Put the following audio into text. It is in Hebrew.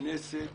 כנסת